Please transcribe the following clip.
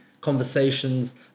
conversations